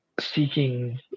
seeking